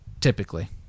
typically